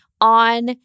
on